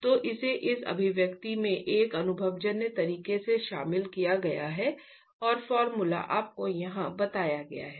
तो इसे इस अभिव्यक्ति में एक अनुभवजन्य तरीके से शामिल किया गया है